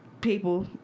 people